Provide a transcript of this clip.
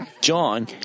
John